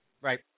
Right